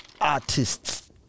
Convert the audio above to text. artists